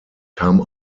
kam